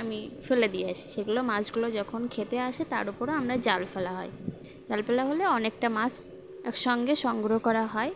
আমি ফেলে দিয়ে আছি সেগুলো মাছগুলো যখন খেতে আসে তার ওপরে আমরা জাল ফেলা হয় জাল ফেলা হলে অনেকটা মাছ একসঙ্গে সংগ্রহ করা হয়